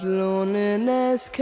loneliness